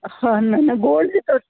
हा न न गोल्ड में त